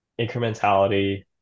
incrementality